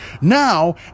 Now